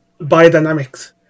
Biodynamics